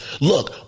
look